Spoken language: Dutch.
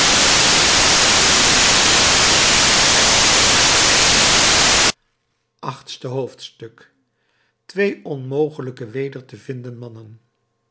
achtste hoofdstuk twee onmogelijke weder te vinden mannen